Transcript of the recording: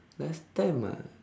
last time ah